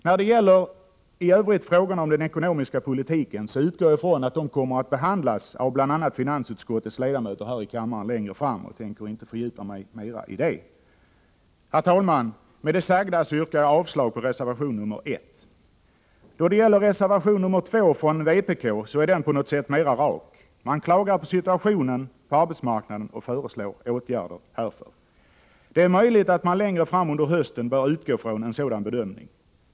När det i övrigt gäller frågorna om den ekonomiska politiken utgår jag ifrån att de kommer att behandlas längre fram av bl.a. finansutskottets ledamöter här i kammaren. Jag tänker inte fördjupa mig mera i det. Herr talman! Med det anförda yrkar jag avslag på reservation 1. Reservation 2 från vpk är på något sätt mera rak. Man klagar på situationen på arbetsmarknaden och föreslår åtgärder. Det är möjligt att man längre fram under hösten bör utgå från en sådan här bedömning.